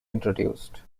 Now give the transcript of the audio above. introduced